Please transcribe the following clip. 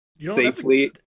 safely